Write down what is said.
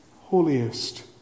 holiest